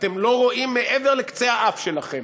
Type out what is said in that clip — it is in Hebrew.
אתם לא רואים מעבר לקצה האף שלכם,